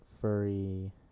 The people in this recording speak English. furry